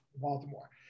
Baltimore